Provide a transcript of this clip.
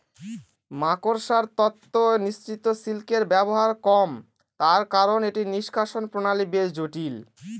মাকড়সার তন্তু নিঃসৃত সিল্কের ব্যবহার কম তার কারন এটি নিঃষ্কাষণ প্রণালী বেশ জটিল